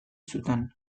zuten